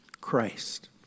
Christ